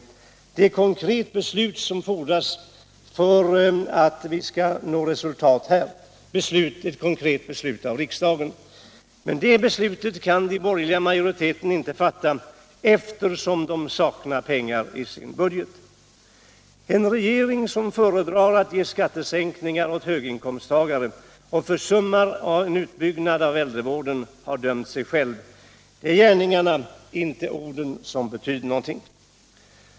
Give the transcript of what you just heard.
Det är ett konkret riksdagsbeslut som fordras för att vi skall nå resultat. Men det beslutet kan den borgerliga majoriteten inte fatta, eftersom den saknar pengar i sin budget. En regering som föredrar att ge skattesänkningar åt höginkomsttagare och försummar en utbyggnad av äldrevården har dömt sig själv. Det är gärningarna, inte orden, som betyder något.